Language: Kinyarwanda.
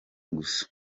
gusa